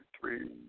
three